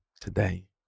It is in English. today